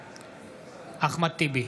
בעד אחמד טיבי,